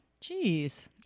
Jeez